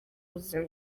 buzima